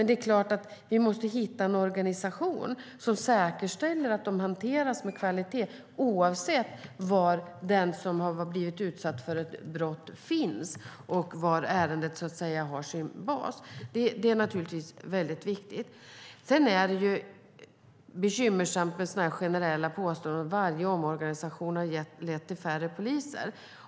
Därför måste vi självfallet skapa en organisation som säkerställer att ärendena hanteras med kvalitet oavsett var den som blivit utsatt för brott finns och var ärendet så att säga har sin bas. Det är naturligtvis väldigt viktigt. Sedan är det bekymmersamt med sådana påståenden som att varje omorganisation har lett till färre poliser.